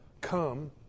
come